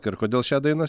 ir kodėl šią dainą